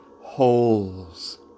holes